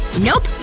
nope.